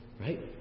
right